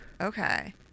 Okay